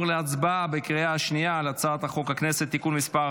נעבור כעת להצבעה בקריאה שנייה על הצעת חוק הכנסת (תיקון מס'